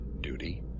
duty